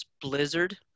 blizzard